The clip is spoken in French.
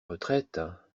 retraite